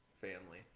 family